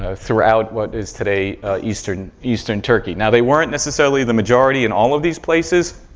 ah throughout what is today eastern eastern turkey. now, they weren't necessarily the majority in all of these places,